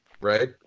right